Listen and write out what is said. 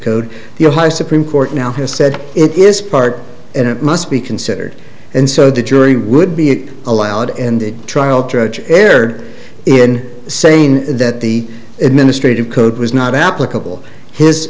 code the ohio supreme court now has said it is part and it must be considered and so the jury would be allowed and the trial judge erred in saying that the administrative code was not applicable his